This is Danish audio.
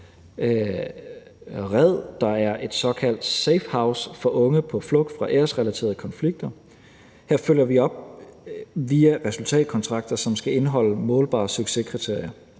der er et såkaldt safehouse for unge på flugt fra æresrelaterede konflikter – og her følger vi op via resultatkontrakter, som skal indeholde målbare succeskriterier.